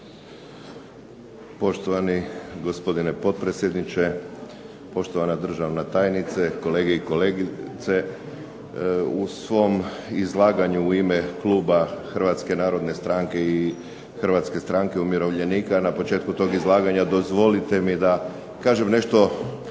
Poštovani gospodine potpredsjedniče, poštovana državna tajnice, kolege i kolegice. U svom izlaganju u ime kluba Hrvatske narodne stranke i Hrvatske stranke umirovljenika na početku tog izlaganja dozvolite mi da kažem nešto